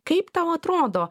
kaip tau atrodo